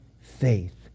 faith